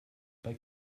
bei